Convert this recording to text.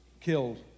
killed